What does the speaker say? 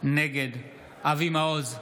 נגד אבי מעוז,